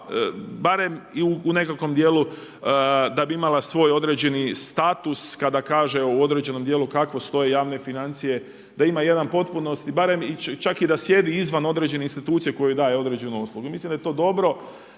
barem i u nekakvom djelu da bi imala svoj određeni status kada kažem u određenom djelu kako stoje javne financije, da ima jedna potpunosti, čak i da sjedi izvan određene institucije koju …/Govornik se ne razumije./… Mislim da je to dobro,